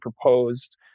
proposed